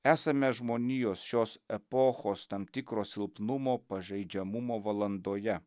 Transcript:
esame žmonijos šios epochos tam tikro silpnumo pažeidžiamumo valandoje